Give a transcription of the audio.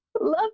Love